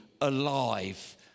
alive